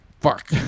Fuck